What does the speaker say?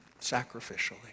sacrificially